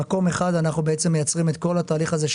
במקום אחד מייצרים את כל התהליך הזה,